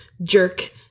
jerk